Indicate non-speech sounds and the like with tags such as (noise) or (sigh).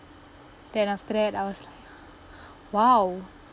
then after that I was like (breath) !wow!